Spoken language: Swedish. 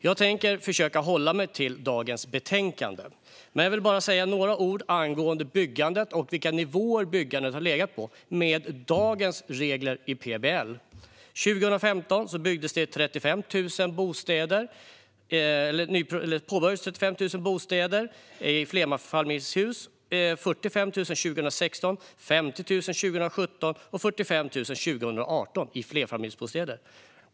Jag tänker försöka hålla mig till dagens betänkande, men jag vill bara säga några ord om byggandet och vilka nivåer det har legat på, med dagens regler i PBL. År 2015 påbörjades byggnation av 35 000 bostäder i flerfamiljshus. År 2016 var siffran 45 000, 2017 var den 50 000 och 2018 var den 45 000.